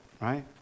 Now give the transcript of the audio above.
right